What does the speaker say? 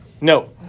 No